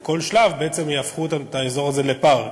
כל שלב בעצם יהפכו את האזור הזה לפארק,